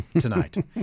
tonight